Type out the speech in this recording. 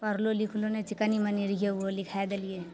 पढ़लो लिखलो नहि छिए कनि मनि रहिए ओहो लिखै देलिए